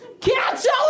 cancel